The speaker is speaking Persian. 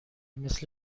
مثل